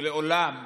שלעולם,